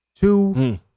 two